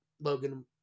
Logan